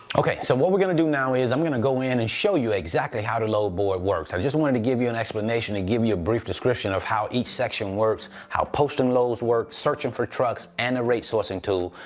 okay, so what we're gonna do now is i'm gonna go in and show you exactly how the load board works. i just wanted to give you an explanation, to and give you you a brief description of how each section works, how posting loads work, searching for trucks and a rate sourcing tool.